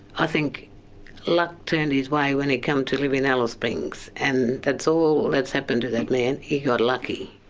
i think luck turned his way when he come to live in alice springs, and that's all that happened to that man, he got lucky.